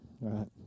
right